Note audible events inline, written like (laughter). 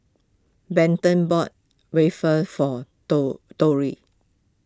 Benton bought Waffle for (unintelligible)